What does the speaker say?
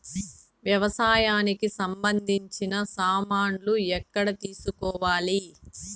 వ్యవసాయానికి సంబంధించిన సామాన్లు ఎక్కడ తీసుకోవాలి?